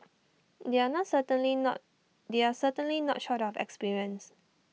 they are not certainly not they are certainly not short of experience